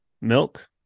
milk